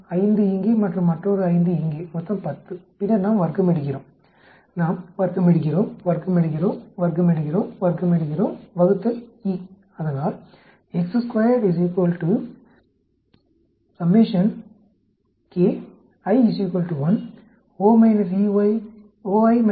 5 இங்கே மற்றும் மற்றொரு 5 இங்கே மொத்தம் 10 பின்னர் நாம் வர்க்கமெடுக்கிறோம் நாம் வர்க்கமெடுக்கிறோம் வர்க்கமெடுக்கிறோம் வர்க்கமெடுக்கிறோம் வர்க்கமெடுக்கிறோம் வகுத்தல் E அதனால் இது 6